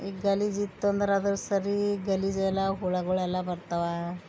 ಈ ಗಲೀಜು ಇತ್ತುಂದ್ರೆ ಅದರ ಸರಿ ಗಲಿಜೆಲ್ಲ ಹುಳಗಳೆಲ್ಲ ಬರ್ತಾವ